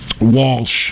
Walsh